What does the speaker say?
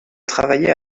travailler